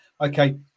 okay